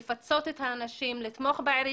אנחנו דורשים לפצות את האנשים ולתמוך בעירייה